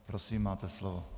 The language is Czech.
Prosím, máte slovo.